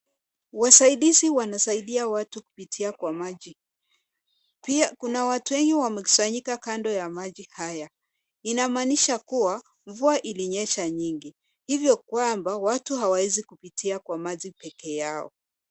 Wasaidizi wanasaidia watu kupitia kwa maji. Pia, kuna watu wengi wamekusanyika kando ya maji haya. Inamaanisha kuwa mvua ilinyesha nyingi, hivyo kwamba watu hawawezi kupitia kwa maji peke yao.